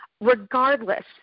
regardless